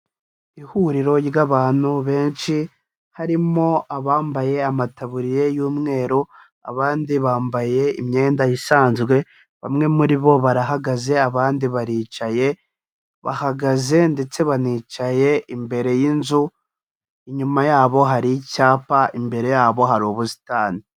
Ihuriro ry'abantu benshi harimo abambaye amataburiya y'umweru abandi bambaye imyenda isanzwe, bamwe muri bo barahagaze abandi baricaye, bahagaze ndetse banicaye imbere y'inzu, inyuma yabo hari icyapa imbere yabo hari ubusitani.